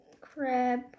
crab